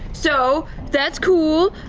so that's cool.